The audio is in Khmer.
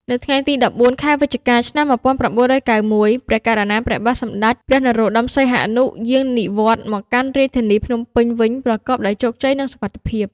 នៅថ្ងៃទី១៤ ខែវិច្ឆិកា ឆ្នាំ១៩៩១ ព្រះករុណាព្រះបាទសម្តេចព្រះនរោត្តម សីហនុ យាង និវត្តន៍មកកាន់រាជធានីភ្នំពេញវិញប្រកបដោយជោគជ័យ និងសុវត្ថិភាព។